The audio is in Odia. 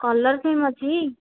କଲର୍ ସେମ୍ ଅଛି